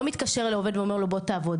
הוא לא באמת מתקשר לעובד ואומר לו בוא לעבוד,